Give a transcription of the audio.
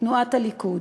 תנועת הליכוד.